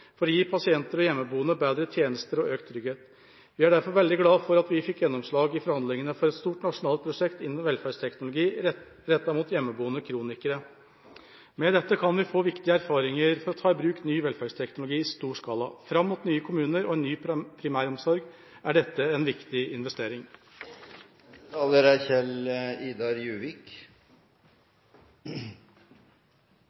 for å gi pasienter og hjemmeboende bedre tjenester og økt trygghet. Vi er derfor veldig glad for at vi fikk gjennomslag i forhandlingene for et stort nasjonalt prosjekt innen velferdsteknologi rettet mot hjemmeboende kronikere. Med dette kan vi få viktige erfaringer for å ta i bruk ny velferdsteknologi i stor skala. Fram mot nye kommuner og en ny primæromsorg er dette en viktig investering.